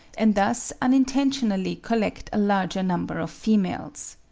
and thus unintentionally collect a larger number of females.